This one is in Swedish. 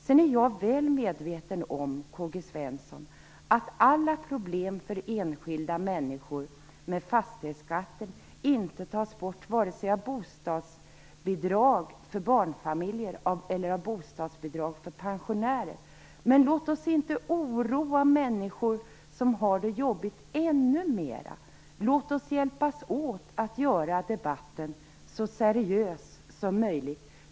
Sedan är jag väl medveten om, K-G Svenson, att alla problem med fastighetsskatter för enskilda människor inte tas bort av vare sig bostadsbidrag för barnfamiljer eller av bostadsbidrag för pensionärer, men låt oss inte oroa människor som har det jobbigt ännu mer. Låt oss hjälpas åt att göra debatten så seriös som möjligt.